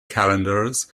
calendars